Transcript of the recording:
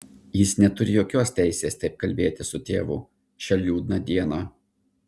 jis neturi jokios teisės taip kalbėti su tėvu šią liūdną dieną